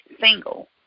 single